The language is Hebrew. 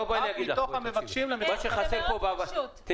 רק מתוך המבקשים למכסות חדשות.